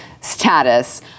status